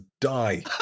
die